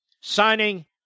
signing